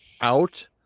out